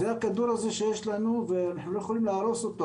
זה הכדור שיש לנו ואנחנו לא יכולים להרוס אותו.